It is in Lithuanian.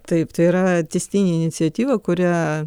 taip tai yra tęstinė iniciatyva kurią